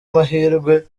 mahirwe